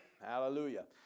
Hallelujah